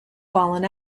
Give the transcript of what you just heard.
fallen